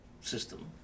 system